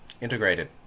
integrated